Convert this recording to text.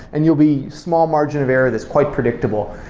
and you'll be small margin of error that's quite predictable.